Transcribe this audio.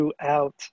throughout